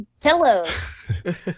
Pillows